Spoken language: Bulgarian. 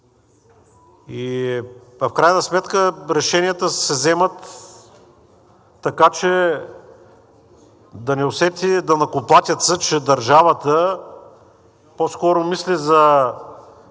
В крайна сметка решенията се вземат така, че да не усети данъкоплатецът, че държавата по-скоро мисли да